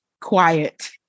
quiet